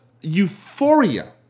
euphoria